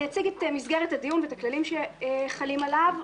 אני אציג את מסגרת הדיון ואת הכללים שחלים עליו,